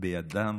בידם